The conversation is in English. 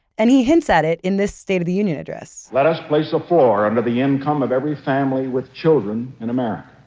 and he hints at it in this state of the union address let us place a floor under the income of every family with children in america.